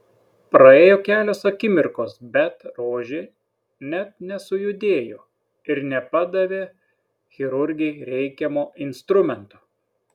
praėjo kelios akimirkos bet rožė net nesujudėjo ir nepadavė chirurgei reikiamo instrumento